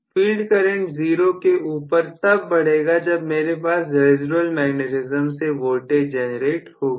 field current 0 के ऊपर तब बढ़ेगा जब मेरे पास रेसीडुएल मैग्नेटिज्म से वोल्टेज जनरेट होगी